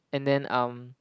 and then um